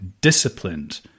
disciplined